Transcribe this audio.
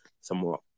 somewhat